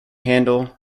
handel